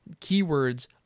keywords